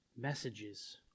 messages